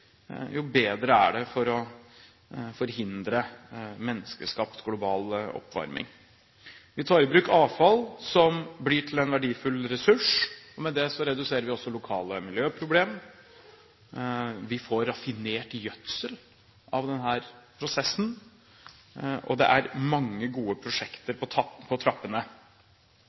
jo bedre er det for å forhindre menneskeskapt global oppvarming. Vi tar i bruk avfall som blir til en verdifull ressurs, og med det reduserer vi også lokale miljøproblemer, vi får raffinert gjødsel av denne prosessen, og det er mange gode prosjekter på trappene